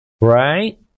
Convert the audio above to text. Right